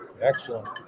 Excellent